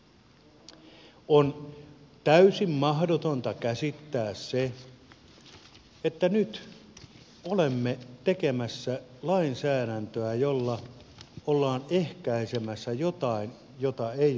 on täysin mahdotonta käsittää sitä että nyt olemme tekemässä lainsäädäntöä jolla ollaan ehkäisemässä jotain jota ei ole olemassa